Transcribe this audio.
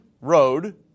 road